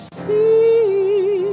see